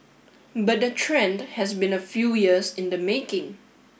but the trend has been a few years in the making